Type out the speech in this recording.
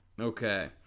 Okay